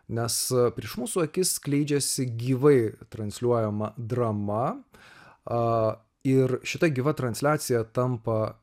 nes prieš mūsų akis skleidžiasi gyvai transliuojama drama a ir šita gyva transliacija tampa